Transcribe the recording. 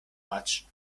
much